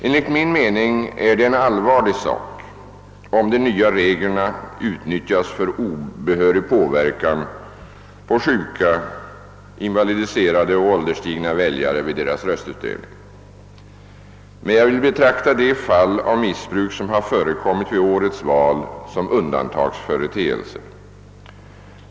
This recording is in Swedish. Enligt min mening är det en allvarlig sak om de nya reglerna utnyttjas för obehörig påverkan på sjuka, invalidiserade och ålderstigna väljare vid deras röstutövning. Jag vill emellertid betrakta de fall av missbruk som har förekommit vid årets val såsom undantagsföreteelser.